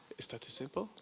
is that too simple?